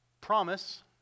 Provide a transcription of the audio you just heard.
promise